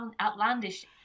outlandish